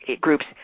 groups